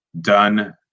done